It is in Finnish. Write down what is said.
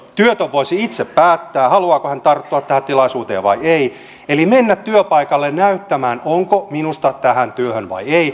työtön voisi itse päättää haluaako hän tarttua tähän tilaisuuteen vai ei mennä työpaikalle näyttämään onko minusta tähän työhön vai ei